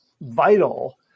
vital